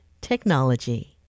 technology